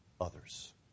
others